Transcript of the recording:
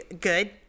Good